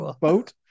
Boat